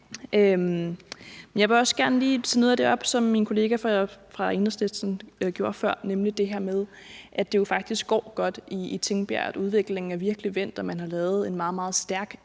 Jeg vil også gerne lige tage noget af det op, som min kollega fra Enhedslisten sagde før, nemlig det her med, at det faktisk går godt i Tingbjerg, at udviklingen virkelig er vendt, og at man har lavet en meget,